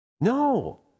No